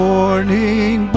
Morning